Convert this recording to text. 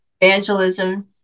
Evangelism